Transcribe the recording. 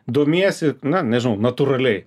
domiesi na nežinau natūraliai